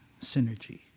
Synergy